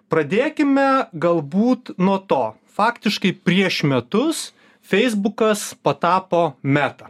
pradėkime galbūt nuo to faktiškai prieš metus feisbukas patapo meta